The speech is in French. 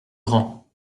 grand